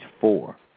four